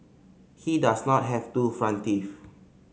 he does not have two front teeth